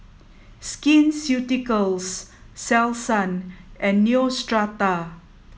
Skin Ceuticals Selsun and Neostrata